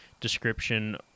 description